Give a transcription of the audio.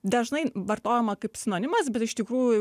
dažnai vartojama kaip sinonimas bet iš tikrųjų